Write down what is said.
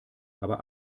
aber